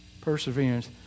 Perseverance